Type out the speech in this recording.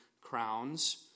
crowns